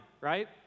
right